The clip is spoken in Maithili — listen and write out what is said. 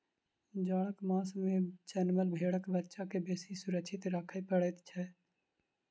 जाड़क मास मे जनमल भेंड़क बच्चा के बेसी सुरक्षित राखय पड़ैत छै